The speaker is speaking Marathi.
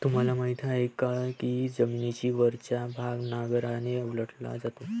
तुम्हाला माहीत आहे का की जमिनीचा वरचा भाग नांगराने उलटला जातो?